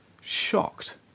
shocked